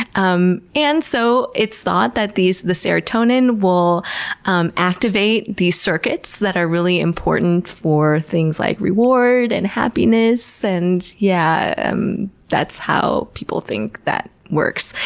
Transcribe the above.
um and so it's thought that the serotonin will um activate these circuits that are really important for things like reward and happiness. and yeah um that's how people think that works.